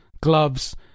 gloves